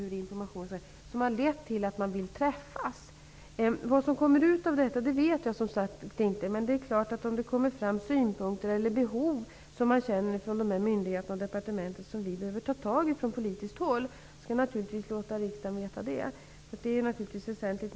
Det har lett till att man vill träffas. Vad som kommer ut av detta vet jag som sagt inte. Men om det kommer fram synpunkter som gör att myndigheter och departement känner att man från politiskt håll behöver ta itu med saken, skall jag naturligtvis låta riksdagen veta det. Det är väsentligt.